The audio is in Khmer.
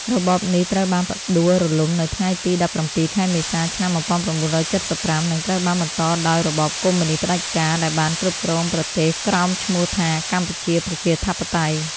របបនេះត្រូវបានផ្ដួលរំលំនៅថ្ងៃទី១៧ខែមេសាឆ្នាំ១៩៧៥ និងត្រូវបានបន្តដោយរបបកុម្មុយនិស្តផ្ដាច់ការ ដែលបានគ្រប់គ្រងប្រទេស ក្រោមឈ្មោះថា កម្ពុជាប្រជាធិបតេយ្យ។